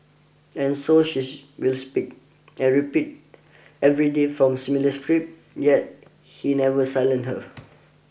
and so she will speak and repeat every day from similar script yet he never silent her